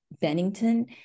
Bennington